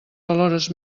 valores